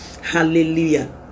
hallelujah